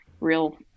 real